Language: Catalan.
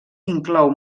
inclou